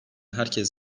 herkes